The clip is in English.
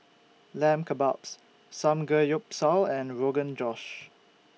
Lamb Kebabs Samgeyopsal and Rogan Josh